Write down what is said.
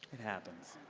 it happens.